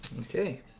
Okay